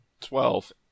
Twelve